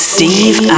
Steve